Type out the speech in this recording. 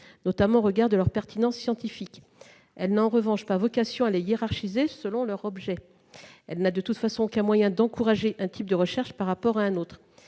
notamment au regard de leur pertinence scientifique ; en revanche, elle n'a pas vocation à les hiérarchiser selon leur objet. Elle n'a, de toute façon, aucun moyen d'encourager un type de recherche par rapport à un autre.